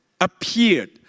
appeared